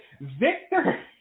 Victor